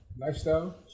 Lifestyle